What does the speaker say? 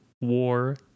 War